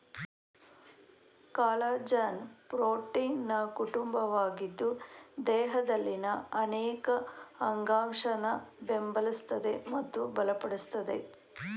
collagen ಪ್ರೋಟೀನ್ನ ಕುಟುಂಬವಾಗಿದ್ದು ದೇಹದಲ್ಲಿನ ಅನೇಕ ಅಂಗಾಂಶನ ಬೆಂಬಲಿಸ್ತದೆ ಮತ್ತು ಬಲಪಡಿಸ್ತದೆ